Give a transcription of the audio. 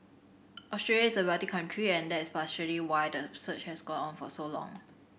Australia is a wealthy country and that is partly why the search has gone on for so long